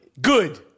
Good